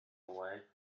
away